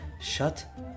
shut